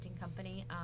company